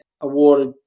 awarded